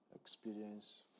experience